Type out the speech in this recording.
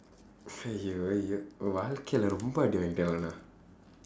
ஐயோ ஐயோ வாழ்க்கையில ரொம்ப அடிவாங்கிட்டேன் நான்:aiyoo aiyoo vaazhkkaiyila rompa adivaangkitdeen naan